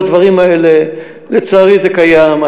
והדברים האלה לצערי קיימים.